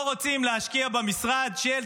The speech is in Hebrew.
לא רוצים להשקיע במשרד של,